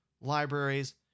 libraries